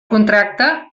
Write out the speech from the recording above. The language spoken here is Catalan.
contracte